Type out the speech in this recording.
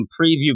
preview